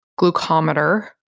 glucometer